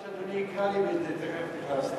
חשבתי שאדוני יקרא לי, ותיכף נכנסתי.